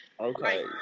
Okay